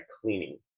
cleaning